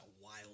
wild